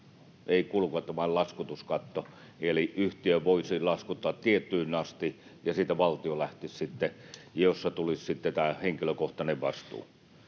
ei kulukatto, vaan laskutuskatto — eli yhtiö voisi laskuttaa tiettyyn asti, ja siitä valtio sitten lähtisi, ja siinä tulisi sitten tämä henkilökohtainen vastuu.